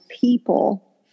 people